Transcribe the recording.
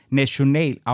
national